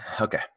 Okay